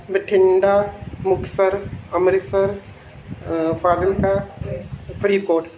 Bathinda Muktsar Amritsar Fazilka Faridkot